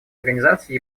организацию